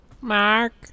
Mark